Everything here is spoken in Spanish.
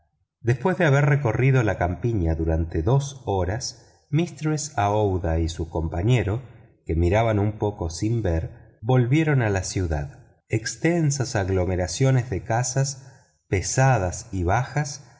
después de haber recorrido la campiña durante dos horas aouida y su compañero que miraban un poco sin ver volvieron a la ciudad extensa aglomeración de